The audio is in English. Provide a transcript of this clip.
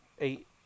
eight